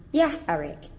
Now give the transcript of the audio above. yeah, eric.